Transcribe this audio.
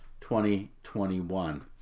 2021